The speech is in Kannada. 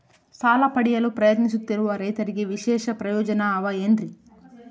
ಸಾಲ ಪಡೆಯಲು ಪ್ರಯತ್ನಿಸುತ್ತಿರುವ ರೈತರಿಗೆ ವಿಶೇಷ ಪ್ರಯೋಜನ ಅವ ಏನ್ರಿ?